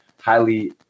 highly